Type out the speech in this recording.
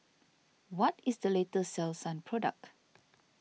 what is the latest Selsun product